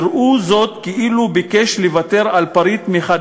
יראו זאת כאילו ביקש לוותר על פריט מחד